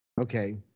okay